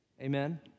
Amen